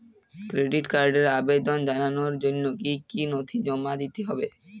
Credit কার্ডের আবেদন জানানোর জন্য কী কী নথি জমা দিতে হবে?